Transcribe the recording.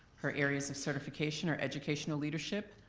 her areas of certification are educational leadership,